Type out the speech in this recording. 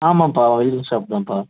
ஆமாப்பா welding shop தான்ப்பா